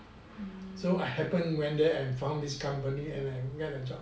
so I happen went there and found this company and get a job